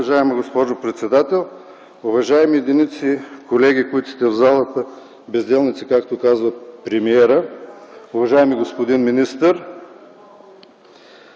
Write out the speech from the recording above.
уважаема госпожо председател. Уважаеми единици колеги, които сте в залата – безделници, както казва премиерът! Уважаеми господин министър,